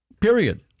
Period